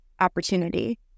opportunity